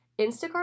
Instacart